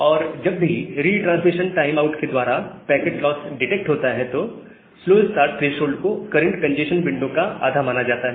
और जब भी रिट्रांसमिशन टाइम आउट के द्वारा पैकेट लॉस डिटेक्ट होता है तब स्लो स्टार्ट थ्रेशोल्ड को करंट कंजेस्शन विंडो का आधा माना जाता है